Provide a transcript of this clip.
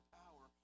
power